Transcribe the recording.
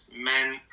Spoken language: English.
men